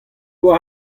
war